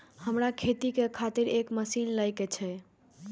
हमरा खेती के खातिर एक मशीन ले के छे?